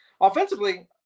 offensively